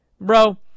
Bro